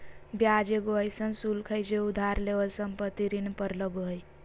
ब्याज एगो अइसन शुल्क हइ जे उधार लेवल संपत्ति ऋण पर लगो हइ